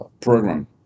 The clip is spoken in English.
program